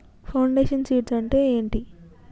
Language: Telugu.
ఫౌండేషన్ సీడ్స్ అంటే ఏంటి?